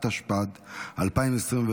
התשפ"ד 2024,